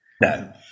No